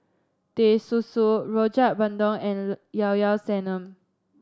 Teh Susu Rojak Bandung and Llao Llao Sanum